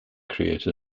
create